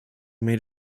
made